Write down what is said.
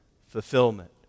fulfillment